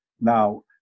now